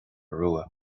rua